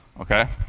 ok?